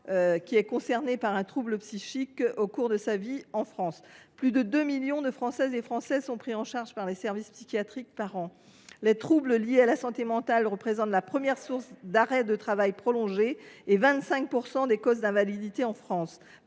sera concernée par un trouble psychique au cours de sa vie dans notre pays. Plus de 2 millions de Françaises et de Français sont pris en charge par les services psychiatriques chaque année. Les troubles liés à la santé mentale représentent la première source d’arrêt de travail prolongé et 25 % des causes d’invalidité en France.